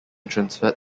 transferred